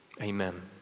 amen